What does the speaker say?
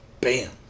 bam